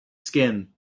skin